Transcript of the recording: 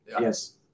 Yes